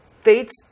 Fates